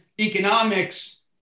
economics